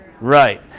Right